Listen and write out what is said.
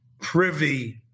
privy